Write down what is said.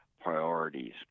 priorities